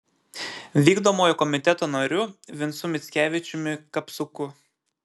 vykdomojo komiteto nariu vincu mickevičiumi kapsuku